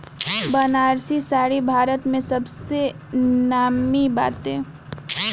बनारसी साड़ी भारत में सबसे नामी बाटे